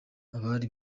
abari